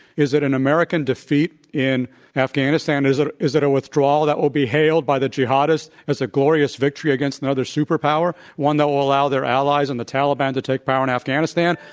is it an american defeat in afghanistan? is ah is it a withdrawal that will be hailed by the jihadists as a glorious victory against another super power, one that will allow their allies and the taliban to take power in afghanistan?